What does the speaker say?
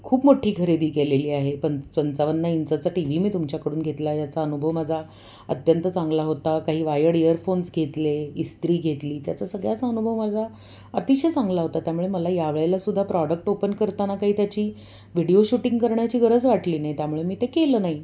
खूप मोठी खरेदी केलेली आहे पंच पंचावन्न इंचाचा टी व्ही मी तुमच्याकडून घेतला याचा अनुभव माझा अत्यंत चांगला होता काही वायड इअरफोन्स घेतले इस्त्री घेतली त्याचा सगळ्याचा अनुभव माझा अतिशय चांगला होता त्यामुळे मला या वेळेला सुद्धा प्रॉडक्ट ओपन करताना काही त्याची व्हिडिओ शूटिंग करण्याची गरज वाटली नाही त्यामुळे मी ते केलं नाही